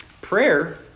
Prayer